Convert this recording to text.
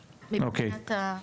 מבחנים.